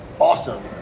awesome